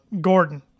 gordon